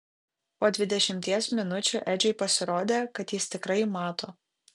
po dvidešimties minučių edžiui pasirodė kad jis tikrai mato